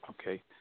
Okay